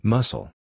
Muscle